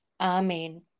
Amen